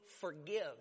forgive